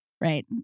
Right